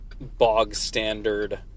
bog-standard